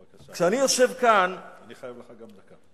בבקשה, אני גם חייב לך דקה.